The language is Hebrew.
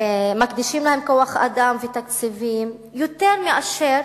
מקדישים להן כוח-אדם ותקציבים יותר מאשר